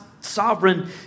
sovereign